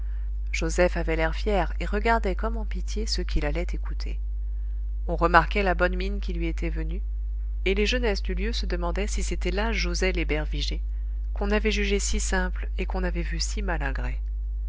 joseph avait l'air fier et regardait comme en pitié ceux qui l'allaient écouter on remarquait la bonne mine qui lui était venue et les jeunesses du lieu se demandaient si c'était là joset l'ébervigé qu'on avait jugé si simple et qu'on avait vu si